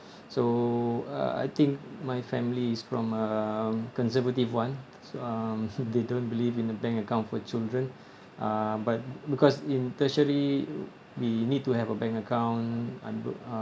so uh I think my family's from um conservative one so um they don't believe in a bank account for children uh but because in tertiary we need to have a bank account under uh